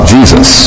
Jesus